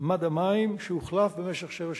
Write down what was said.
מד המים שהוחלף במשך שבע שנים.